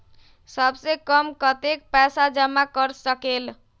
सबसे कम कतेक पैसा जमा कर सकेल?